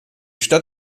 stadt